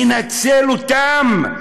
מנצל אותם.